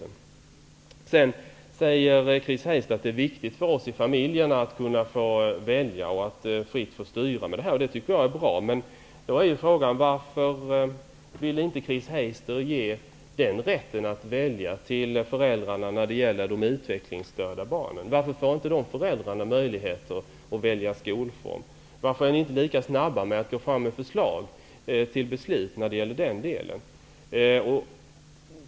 Chris Heister säger att det är viktigt för familjerna att kunna välja och fritt styra. Men varför vill inte Chris Heister ge föräldrar till utvecklingsstörda barn rätten och möjligheten att välja skolform? Varför är ni inte lika snabba med att lägga fram förslag för att fatta beslut om när det gäller den delen?